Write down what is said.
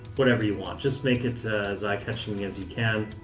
whatever you want. just make it as eye-catching as you can.